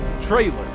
Trailer